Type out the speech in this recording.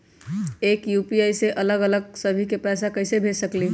एक यू.पी.आई से अलग अलग सभी के पैसा कईसे भेज सकीले?